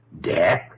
Death